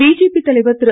BJP தலைவர் திரு